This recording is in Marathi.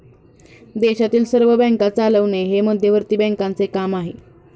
देशातील सर्व बँका चालवणे हे मध्यवर्ती बँकांचे काम आहे